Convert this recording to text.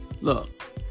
look